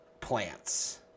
plants